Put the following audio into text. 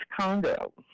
condo